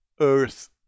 earth